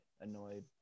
annoyed